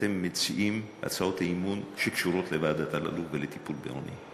כשאתם מציעים הצעות אי-אמון שקשורות לוועדת אלאלוף ולטיפול בעוני?